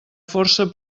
força